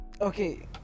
Okay